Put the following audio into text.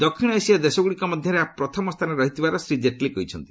ଦକ୍ଷିଣ ଏସୀୟ ଦେଶଗୁଡ଼ିକ ମଧ୍ୟରେ ଏହା ପ୍ରଥମ ସ୍ଥାନରେ ରହିଥିବାର ଶ୍ରୀ ଜେଟ୍ଲୀ କହିଛନ୍ତି